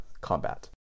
combat